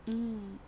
mm